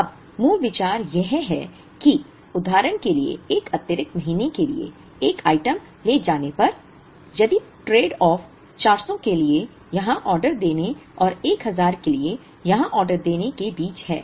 अब मूल विचार यह है कि उदाहरण के लिए एक अतिरिक्त महीने के लिए एक आइटम ले जाने पर यदि ट्रेड ऑफ 400 के लिए यहां ऑर्डर देने और 1000 के लिए यहां ऑर्डर देने के बीच है